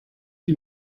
die